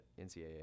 NCAA